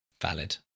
valid